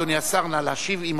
אדוני השר, נא להשיב.